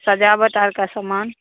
सजावट और का समान